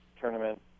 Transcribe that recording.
tournament